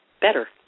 better